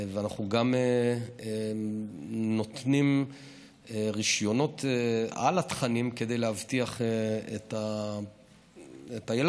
ואנחנו גם נותנים רישיונות על התכנים כדי להבטיח את הילדים.